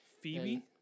Phoebe